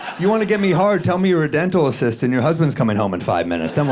you want to get me hard, tell me you're a dental assistant and your husband's coming home in five minutes. then we'll